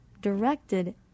directed